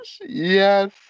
Yes